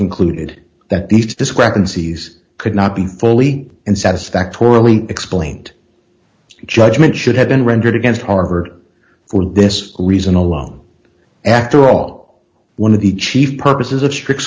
concluded that these discrepancies could not be fully in satisfactorily explained judgment should have been rendered against harvard for this reason alone after all one of the chief purposes of strict